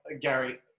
Gary